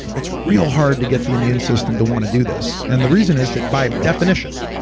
it's real hard to get the immune system to want to do this. and the reason is that by definition,